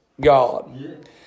God